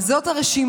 אז זאת הרשימה,